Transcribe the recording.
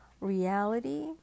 reality